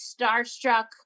starstruck